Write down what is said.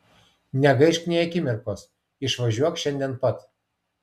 negaišk nė akimirkos išvažiuok šiandien pat